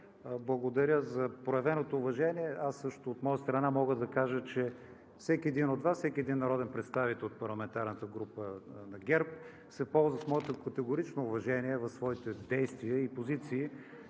благодаря за проявеното уважение! Аз също от моя страна мога да кажа, че всеки един от Вас, всеки един народен представител от парламентарната група на ГЕРБ се ползва с моето категорично уважение в своите действия и позиции.